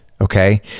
okay